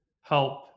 help